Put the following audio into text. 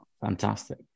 Fantastic